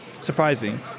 surprising